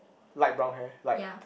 light brown hair light